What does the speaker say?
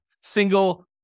single